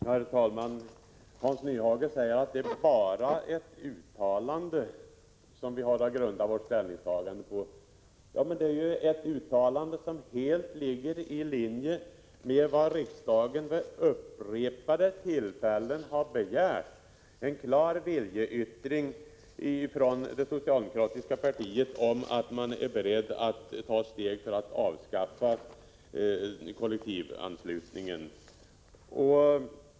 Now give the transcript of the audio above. Herr talman! Hans Nyhage säger att det bara är ett uttalande som vi har att grunda vårt ställningstagande på. Ja, men det är ett uttalande som ligger helt i linje med vad riksdagen vid upprepade tillfällen har begärt, nämligen en klar viljeyttring från det socialdemokratiska partiet att det är berett att ta steg för att avskaffa kollektivanslutningen.